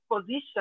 position